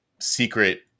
secret